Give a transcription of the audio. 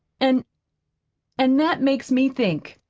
an' an' that makes me think.